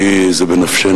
כי זה בנפשנו.